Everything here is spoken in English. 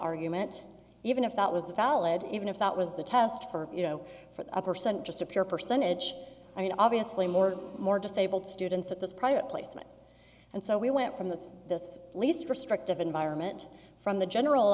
argument even if that was valid even if that was the test for you know for a percent just a pure percentage i mean obviously more and more disabled students at this private placement and so we went from this this least restrictive environment from the general